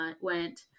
went